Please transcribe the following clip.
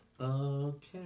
Okay